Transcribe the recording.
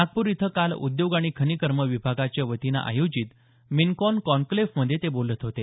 नागपूर इथं काल उद्योग आणि खनिकर्म विभागाच्या वतीनं आयोजित मिनकॉन कॉनक्लेव्हमध्ये ते बोलत होते